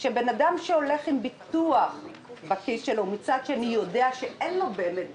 שאדם שהולך עם ביטוח בכיס יודע שאין לו באמת ביטוח,